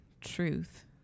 truth